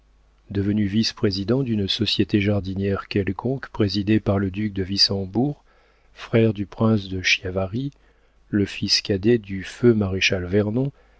devenu vice-président d'une société jardinière quelconque présidée par le duc de vissembourg frère du prince de